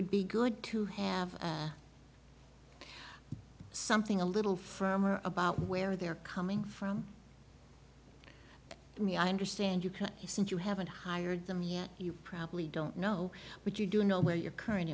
would be good to have something a little firmer about where they're coming from me i understand you can't since you haven't hired them yet you probably don't know but you do know where your current